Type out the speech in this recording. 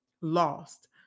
lost